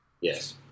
yes